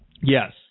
Yes